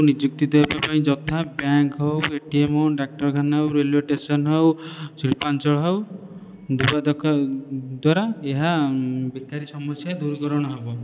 ନିଯୁକ୍ତି ଦେବା ପାଇଁ ଯଥା ବ୍ୟାଙ୍କ୍ ହେଉ ଏଟିଏମ୍ ହେଉ ଡାକ୍ତରଖାନା ହେଉ ରେଲୱେଷ୍ଟେସନ ହେଉ ଶିଳ୍ପାଞ୍ଚଳ ହେଉ ଦ୍ୱାରା ଏହା ବେକାରୀ ସମସ୍ୟା ଦୂରୀକରଣ ହେବ